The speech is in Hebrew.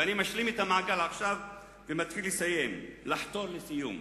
ואני משלים את המעגל עכשיו ומתחיל לחתור לסיום.